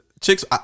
chicks